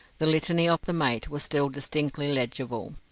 the litany of the mate was still distinctly legible.